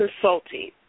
consulting